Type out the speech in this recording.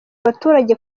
abaturage